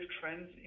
trends